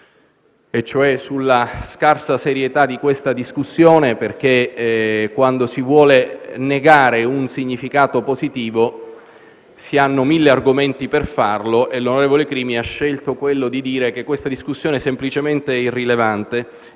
Crimi sulla scarsa serietà di questa discussione. Infatti, quando si vuole negare un significato positivo si hanno molteplici argomenti per farlo e il senatore Crimi ha scelto quello di dire che questa discussione è semplicemente irrilevante.